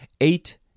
Eight